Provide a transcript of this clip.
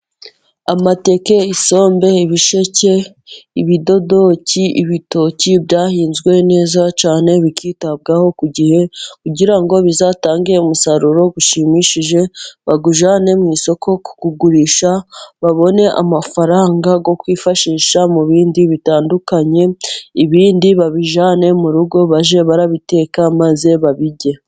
Amateke, isombe, ibisheke, ibidodoki, ibitoki byahinzwe neza cyane bikitabwaho ku gihe, kugira ngo bizatange umusaruro ushimishije, bawujyane mu isoko kuwugurisha babone amafaranga yo kwifashisha mu bindi bitandukanye. Ibindi babijyane mu rugo bajye barabiteka maze babirye.